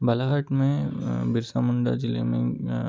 बालाघाट में बिरसा मुंडा जिले में